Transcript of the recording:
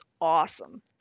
awesome